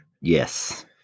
Yes